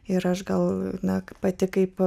ir aš gal net pati kaip